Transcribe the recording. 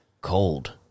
Cold